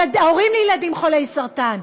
הורים לילדים חולי סרטן,